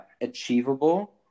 achievable